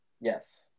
Yes